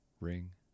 ring